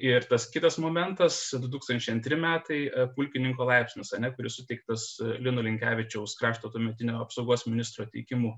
ir tas kitas momentas du tūkstančiai antri metai pulkininko laipsnis ane kuris suteiktas lino linkevičiaus krašto tuometinio apsaugos ministro teikimu